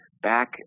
back